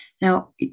Now